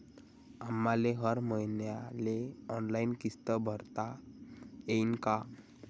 आम्हाले हर मईन्याले ऑनलाईन किस्त भरता येईन का?